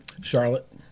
Charlotte